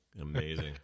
Amazing